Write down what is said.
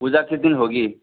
पूजा किस दिन होगी